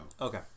Okay